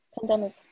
pandemic